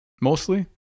mostly